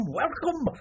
welcome